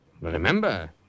Remember